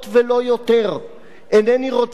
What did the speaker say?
אינני רוצה לשנות בו תג,